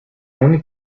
only